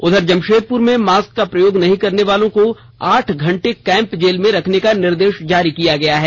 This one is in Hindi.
उधर जमशेदपुर में मास्क का प्रयोग नहीं करने वालों को आठ घंटे कैम्प जेल में रखने का निर्देश जारी किया गया है